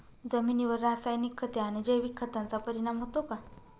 जमिनीवर रासायनिक खते आणि जैविक खतांचा परिणाम होतो का?